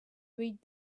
read